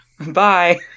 Bye